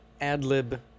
ad-lib